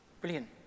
Brilliant